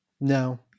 No